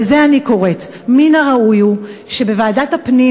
ולזה אני קוראת: מן הראוי הוא שבוועדת הפנים,